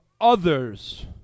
others